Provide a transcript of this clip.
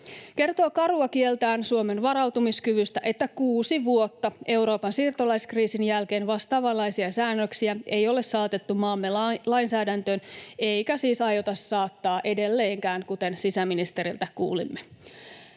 Kertoo karua kieltään Suomen varautumiskyvystä, että kuusi vuotta Euroopan siirtolaiskriisin jälkeen vastaavanlaisia säännöksiä ei ole saatettu maamme lainsäädäntöön — eikä siis aiota saattaa edelleenkään, kuten sisäministeriltä kuulimme.